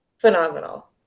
phenomenal